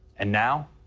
and now,